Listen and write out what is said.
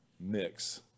mix